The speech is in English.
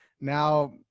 now